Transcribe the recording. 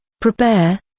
prepare